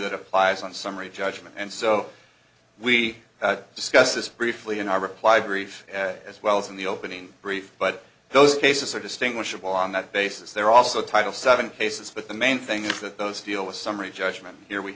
that applies on summary judgment and so we discussed this briefly in our reply brief as well as in the opening brief but those cases are distinguishable on that basis there are also title seven cases but the main thing is that those deal with summary judgment here we